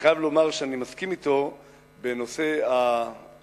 אני חייב לומר שאני מסכים אתו בנושא המהגרים,